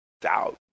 doubt